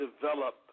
develop